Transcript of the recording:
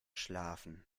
schlafen